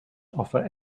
offer